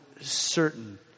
certain